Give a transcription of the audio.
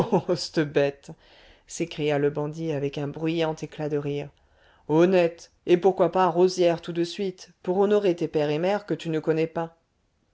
c'te bête s'écria le bandit avec un bruyant éclat de rire honnête et pourquoi pas rosière tout de suite pour honorer tes père et mère que tu ne connais pas